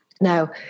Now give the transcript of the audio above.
Now